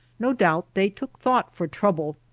no doubt they took thought for trouble,